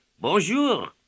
bonjour